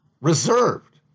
reserved